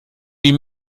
wie